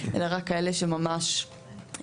אלא רק כאלה שממש נדרשים.